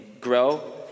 grow